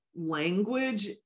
language